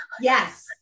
yes